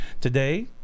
Today